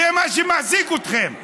זה מה שמעסיק אתכם.